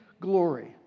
glory